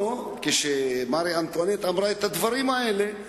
כשמרי אנטואנט אמרה את הדברים האלה,